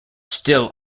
still